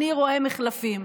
אני רואה מחלפים.